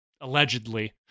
allegedly